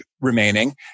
remaining